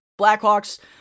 Blackhawks